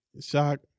Shock